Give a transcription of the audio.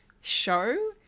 show